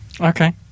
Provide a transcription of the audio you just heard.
Okay